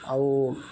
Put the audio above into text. ଆଉ